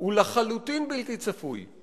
הוא לחלוטין בלתי צפוי.